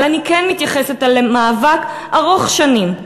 אבל אני כן מתייחסת למאבק ארוך שנים: